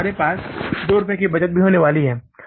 और हमारे पास 2 रुपये की भी बचत होने वाली है